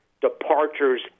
departures